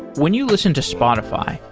when you listen to spotify,